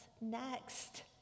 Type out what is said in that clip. next